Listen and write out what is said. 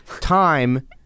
time